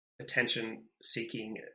attention-seeking